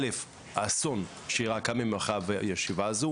א' האסון ש --- ממרחב ישיבה הזו